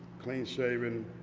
clean shaven,